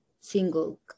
single